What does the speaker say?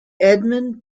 edmund